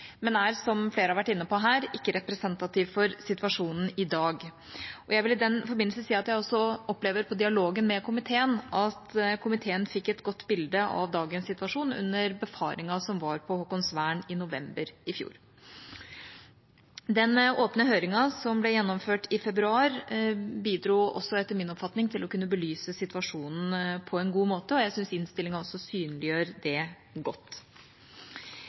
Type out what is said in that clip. men er – som flere har vært inne på her – ikke representativ for situasjonen i dag. Jeg vil i den forbindelse si at jeg også i dialogen med komiteen opplever at komiteen fikk et godt bilde av dagens situasjon under befaringen på Haakonsvern i november i fjor. Den åpne høringen som ble gjennomført i februar, bidro også, etter min oppfatning, til å belyse situasjonen på en god måte. Jeg syns også innstillinga synliggjør det godt.